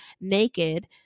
naked